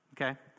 Okay